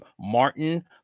Martin